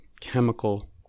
chemical